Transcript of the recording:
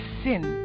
sin